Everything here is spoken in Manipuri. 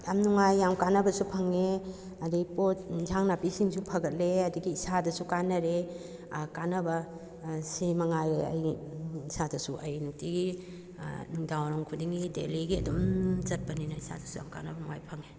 ꯌꯥꯝ ꯅꯨꯡꯉꯥꯏ ꯌꯥꯝ ꯀꯥꯟꯅꯕꯁꯨ ꯐꯪꯉꯦ ꯑꯗꯨꯗꯩ ꯄꯣꯠ ꯌꯦꯟꯁꯥꯡ ꯅꯥꯄꯤꯁꯤꯡꯁꯨ ꯐꯒꯠꯂꯦ ꯑꯗꯨꯗꯒꯤ ꯏꯁꯥꯗꯁꯨ ꯀꯥꯟꯅꯔꯦ ꯀꯥꯟꯅꯕ ꯁꯤ ꯃꯉꯥꯏꯔꯦ ꯑꯩꯒꯤ ꯏꯁꯥꯗꯁꯨ ꯑꯩ ꯅꯨꯡꯇꯤꯒꯤ ꯅꯨꯡꯗꯥꯡ ꯋꯥꯏꯔꯝ ꯈꯨꯗꯤꯡꯒꯤ ꯗꯦꯂꯤꯒꯤ ꯑꯗꯨꯝ ꯆꯠꯄꯅꯤꯅ ꯏꯁꯥꯗꯁꯨ ꯌꯥꯝ ꯀꯥꯟꯅꯕ ꯅꯨꯡꯉꯥꯏꯕ ꯐꯪꯉꯦ